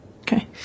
Okay